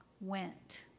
went